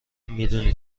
میدونی